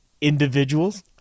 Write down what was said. individuals